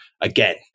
again